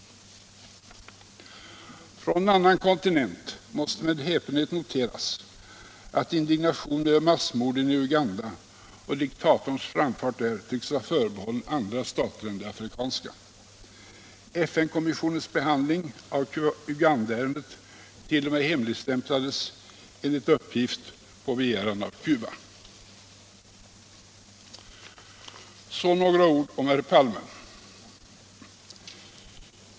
Från en annan kontinent måste med häpenhet noteras att indignationen över massmorden i Uganda och diktatorns framfart där tycks vara förbehållen andra stater än de afrikanska. FN-kommissionens behandling av Ugandaärendet t.o.m. hemligstämplades, enligt uppgift på begäran av Cuba. Så några ord om herr Palme.